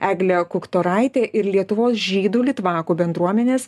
eglė kuktoraitę ir lietuvos žydų litvakų bendruomenės